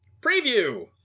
preview